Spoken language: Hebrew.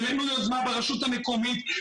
העלינו יוזמה ברשות המקומית,